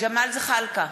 ג'מאל זחאלקה,